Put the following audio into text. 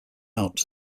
out